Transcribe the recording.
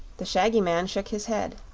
the shaggy man shook his head.